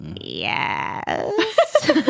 Yes